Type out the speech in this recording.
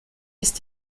ist